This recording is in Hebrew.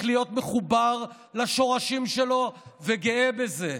להיות מחובר לשורשים שלו וגאה בזה,